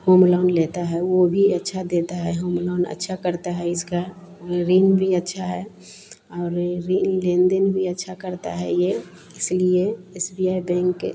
home loan लेता है वो भी अच्छा देता है होम लोन अच्छा करता है इसका ऋण भी अच्छा है और यह ऋण लेन देन भी अच्छा करता है यह इसलिए एस बी आई बैंक के